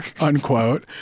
unquote